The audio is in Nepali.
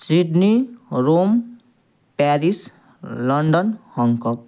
Sydney Rome Paris London Hong Kong